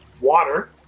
water